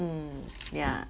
mm ya